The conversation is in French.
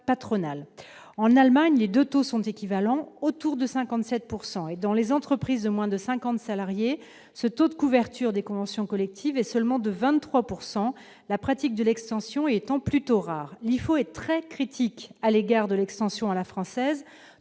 patronale. En Allemagne, ces deux taux sont équivalents et s'établissent autour de 57 %. Dans les entreprises de moins de cinquante salariés, ce taux de couverture des conventions collectives est seulement de 23 %, la procédure de l'extension y étant plutôt rare. L'IFO est très critique à l'égard de l'extension à la française,